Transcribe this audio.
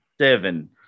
seven